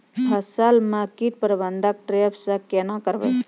फसल म कीट प्रबंधन ट्रेप से केना करबै?